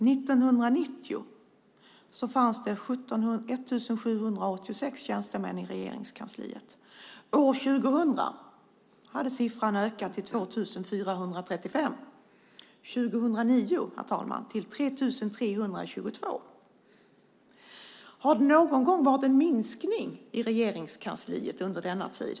År 1990 fanns det 1 786 tjänstemän i Regeringskansliet. År 2000 hade siffran ökat till 2 435 och år 2009 till 3 322. Har det någon gång varit en minskning av antalet anställda i Regeringskansliet under denna tid?